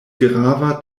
grava